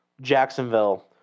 Jacksonville